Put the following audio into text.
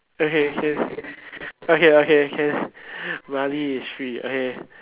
okay can okay okay can money is free okay